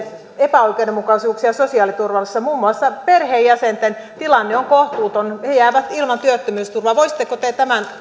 epäoikeudenmukaisuuksia sosiaaliturvassa muun muassa perheenjäsenten tilanne on kohtuuton he jäävät ilman työttömyysturvaa voisitteko te tämän